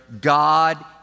God